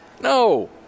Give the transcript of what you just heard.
no